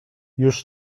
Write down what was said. już